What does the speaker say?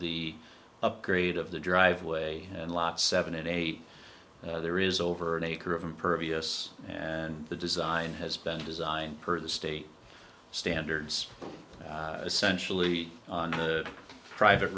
the upgrade of the driveway and lot seven and eight there is over an acre of impervious and the design has been designed per the state standards essentially on a private